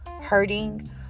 hurting